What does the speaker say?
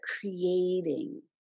creating